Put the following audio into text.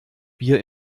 bier